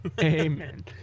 Amen